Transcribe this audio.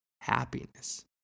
happiness